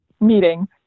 meeting